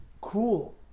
cruel